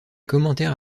commentaires